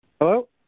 Hello